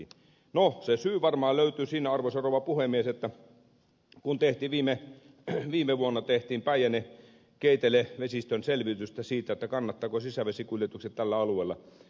no se syy varmaan löytyy siinä arvoisa rouva puhemies että viime vuonna tehtiin päijännekeitele vesistön selvitystä siitä kannattavatko sisävesikuljetukset tällä alueella